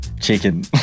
Chicken